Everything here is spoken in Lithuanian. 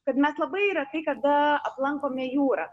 kad mes labai retai kada aplankome jūrą